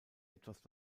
etwas